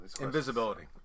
Invisibility